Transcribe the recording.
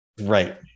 right